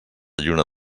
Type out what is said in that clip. lluna